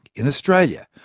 in australia,